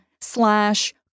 slash